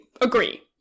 agree